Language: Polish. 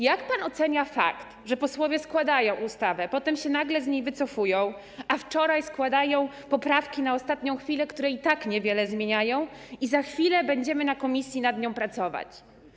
Jak pan ocenia fakt, że posłowie składają ustawę, potem nagle z niej się wycofują, a potem, wczoraj, składają poprawki na ostatnią chwilę, które i tak niewiele zmieniają, i za chwilę będziemy w komisji nad nią pracować?